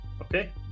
Okay